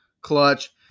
Clutch